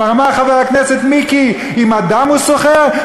כבר אמר חבר הכנסת מיקי, עם הדם הוא סוחר?